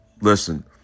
listen